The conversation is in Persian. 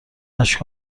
اشک